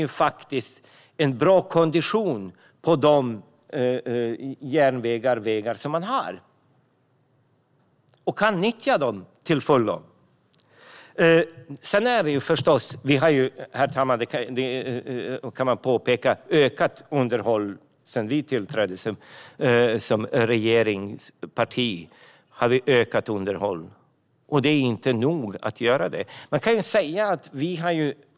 Då blir det en bra kondition på de järnvägar och vägar som finns, och de kan nyttjas till fullo. Herr talman! Låt mig påpeka att underhållet har ökat sedan Socialdemokraterna tillträdde som regeringsparti. Men det är inte nog.